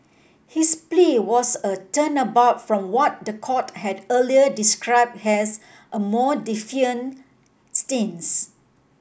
his plea was a turnabout from what the court had earlier described as a more defiant stance